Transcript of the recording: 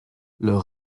leur